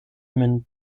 min